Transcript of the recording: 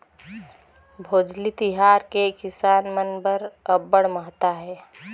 भोजली तिहार के किसान मन बर अब्बड़ महत्ता हे